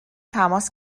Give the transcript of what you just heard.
تماس